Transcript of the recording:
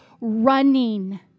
running